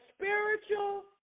spiritual